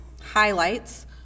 highlights